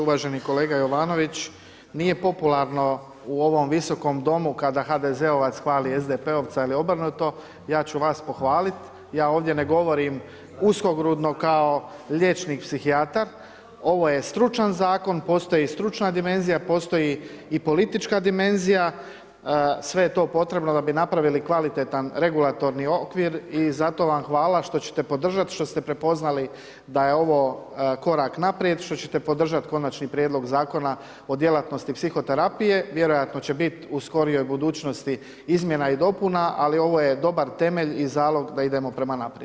Uvaženi kolega Jovanović, nije popularno u ovom Visokom domu kada HDZ-ovac hvali SDP-ovca ili obrnuto, ja ću vas pohvaliti, ja ovdje ne govorim uskogrudno kao liječnik psihijatar, ovo je stručan zakon, postoji stručna dimenzija, sve je to potrebno da bi napravili kvalitetan regulatorni okvir i zato vam hvala što ćete podržati i što ste podržali da je ovo korak naprijed, što ćete podržati Konačni prijedlog zakona o djelatnosti psihoterapije, vjerojatno će biti u skorijoj budućnosti izmjena i dopunama ali ovo je dobar temelj i zalog da idemo prema naprijed.